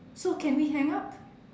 so can we hang up